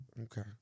Okay